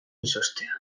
izoztea